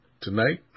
tonight